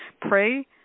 Pray